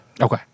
Okay